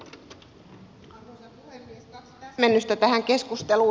kaksi täsmennystä tähän keskusteluun